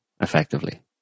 effectively